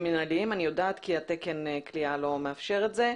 מינהליים ואני יודעת זאת כי תקן הכליאה לא מאפשר את זה,